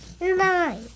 nine